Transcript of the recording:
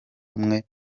rumwe